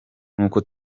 n’uko